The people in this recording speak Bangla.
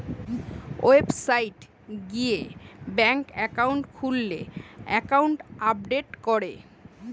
ওয়েবসাইট গিয়ে ব্যাঙ্ক একাউন্ট খুললে একাউন্ট আপডেট করে